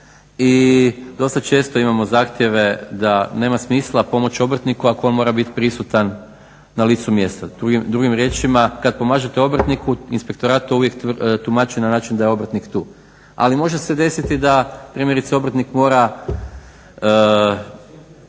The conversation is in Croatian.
i dosta često imamo zahtjeve da nema smisla pomoći obrtniku ako on mora biti prisutan na licu mjesta. Drugim riječima, kad pomažete obrtniku inspektorat to uvijek tumači na način da je obrtnik tu. Ali može se desiti da primjerice obrtnik mora